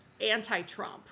Anti-Trump